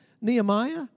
Nehemiah